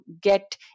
get